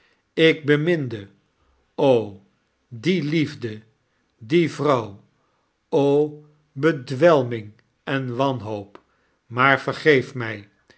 ik beminde die liefde die vrouw o bedwelming en wanhoop maar vergeef my